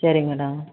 சரிங்க மேடம்